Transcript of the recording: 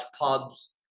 pubs